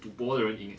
赌博的人赢